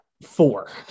four